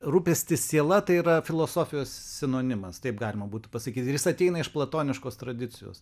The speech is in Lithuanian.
rūpestis siela tai yra filosofijos sinonimas taip galima būtų pasakyt ir jis ateina iš platoniškos tradicijos